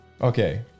Okay